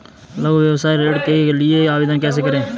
लघु व्यवसाय ऋण के लिए आवेदन कैसे करें?